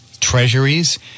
treasuries